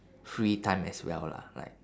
free time as well lah like